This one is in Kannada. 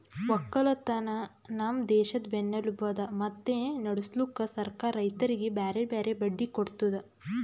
ಒಕ್ಕಲತನ ನಮ್ ದೇಶದ್ ಬೆನ್ನೆಲುಬು ಅದಾ ಮತ್ತೆ ನಡುಸ್ಲುಕ್ ಸರ್ಕಾರ ರೈತರಿಗಿ ಬ್ಯಾರೆ ಬ್ಯಾರೆ ಬಡ್ಡಿ ಕೊಡ್ತುದ್